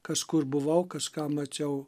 kažkur buvau kažką mačiau